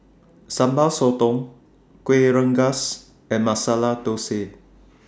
Sambal Sotong Kuih Rengas and Masala Thosai